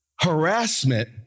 harassment